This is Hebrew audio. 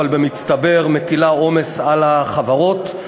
אבל במצטבר מטילה עומס על החברות.